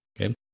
Okay